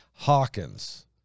Hawkins